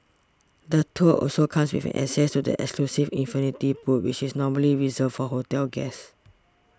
the tour also comes with an access to the exclusive infinity pool which is normally reserved for hotel guests